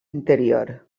interior